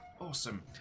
Awesome